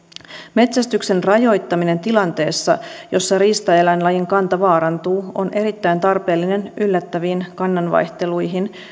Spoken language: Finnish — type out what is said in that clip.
metsästyksen rajoittaminen tilanteessa jossa riistaeläinlajin kanta vaarantuu on erittäin tarpeellinen yllättäviin kannanvaihteluihin